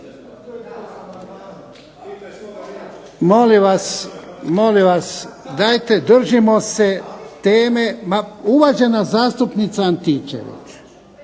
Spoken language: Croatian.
(HDZ)** Molim vas. Dajte držimo se teme. Ma uvažena zastupnica Antičević,